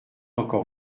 encore